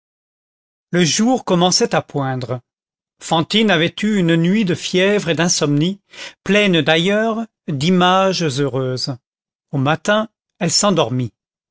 le jour commençait à poindre fantine avait eu une nuit de fièvre et d'insomnie pleine d'ailleurs d'images heureuses au matin elle s'endormit